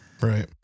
Right